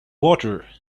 water